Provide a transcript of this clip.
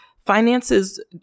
finances